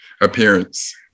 appearance